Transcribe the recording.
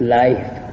life